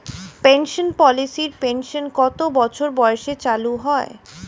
Pension পলিসির pension কত বছর বয়সে চালু হয়?